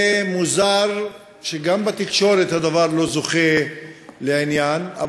מוזר שבתקשורת הדבר לא זוכה לעניין,